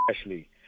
Ashley